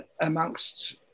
amongst